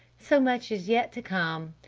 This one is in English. so much is yet to come!